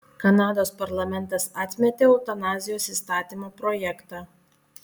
kanados parlamentas atmetė eutanazijos įstatymo projektą